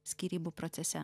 skyrybų procese